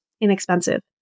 inexpensive